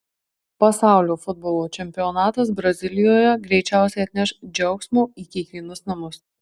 pasaulio futbolo čempionatas brazilijoje greičiausiai atneš džiaugsmo į kiekvienus namus